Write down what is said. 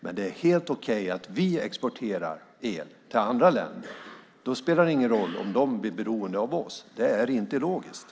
Men det är helt okej att vi exporterar el till andra länder. Då spelar det ingen roll om de blir beroende av oss. Det är inte logiskt.